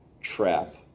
trap